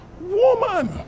woman